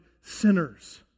sinners